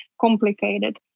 complicated